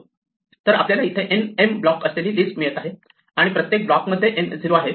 तर आपल्याला इथे m ब्लॉक असलेली लिस्ट मिळत आहे आणि प्रत्येक ब्लॉक मध्ये n झिरो आहेत